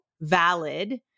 valid